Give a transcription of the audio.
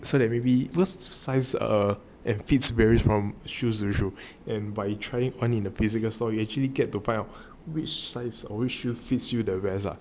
so that maybe because size err fits varies from shoes to shoes and by trying on in a physical store you actually get to find out which sizes or shoes should fits you the best ah